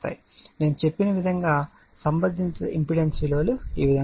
నేను చెప్పిన సంబంధిత ఇంపెడెన్స్ విలువలు ఈ విధంగా ఉంటాయి